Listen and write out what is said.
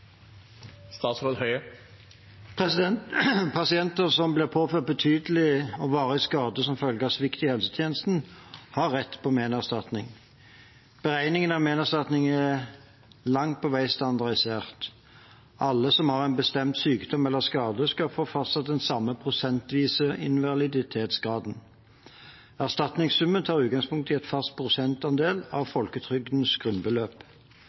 Pasienter som blir påført betydelig og varig skade som følge av svikt i helsetjenesten, har rett på menerstatning. Beregningen av menerstatning er langt på vei standardisert. Alle som har en bestemt sykdom eller skade, skal få fastsatt den samme prosentvise invaliditetsgraden. Erstatningssummen tar utgangspunkt i en fast prosentandel av folketrygdens grunnbeløp.